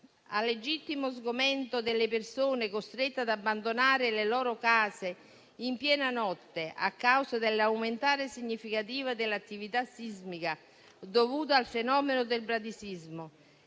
Al legittimo sgomento delle persone costrette ad abbandonare le loro case in piena notte a causa dell'aumentare significativo dell'attività sismica dovuto al fenomeno del bradisismo,